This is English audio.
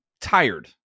tired